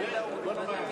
בוא נאמר,